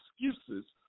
excuses